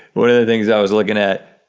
one of the things i was looking at,